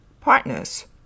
partners